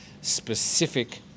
specific